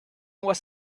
was